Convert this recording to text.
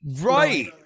right